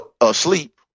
asleep